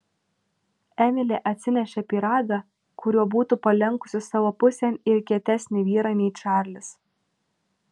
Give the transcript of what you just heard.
emilė atsinešė pyragą kuriuo būtų palenkusi savo pusėn ir kietesnį vyrą nei čarlis